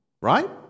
right